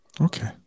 Okay